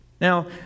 Now